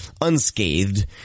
unscathed